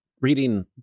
reading